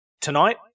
tonight